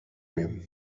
miem